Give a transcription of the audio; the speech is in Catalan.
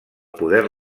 poder